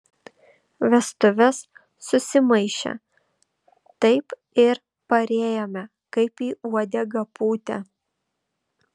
vestuvės susimaišė taip ir parėjome kaip į uodegą pūtę